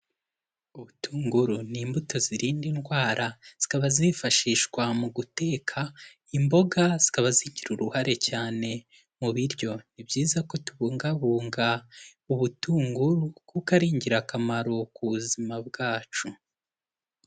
Ubutunguru ni imbuto zirinda indwara, zikaba zifashishwa mu guteka imboga, zikaba zigira uruhare cyane mu biryo. Ni byiza ko tubungabunga ubutunguru, kuko ari ingirakamaro ku buzima bwacu.